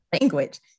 language